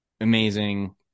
Amazing